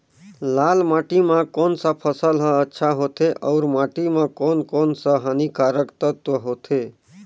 लाल माटी मां कोन सा फसल ह अच्छा होथे अउर माटी म कोन कोन स हानिकारक तत्व होथे?